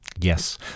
Yes